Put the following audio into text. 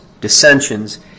dissensions